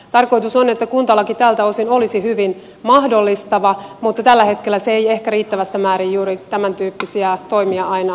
tarkoitus on että kuntalaki tältä osin olisi hyvin mahdollistava mutta tällä hetkellä se ei ehkä riittävässä määrin juuri tämäntyyppisiä toimia aina suo